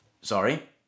Sorry